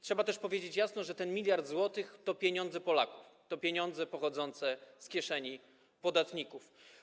Trzeba też powiedzieć jasno, że ten 1 mld zł to pieniądze Polaków, to pieniądze pochodzące z kieszeni podatników.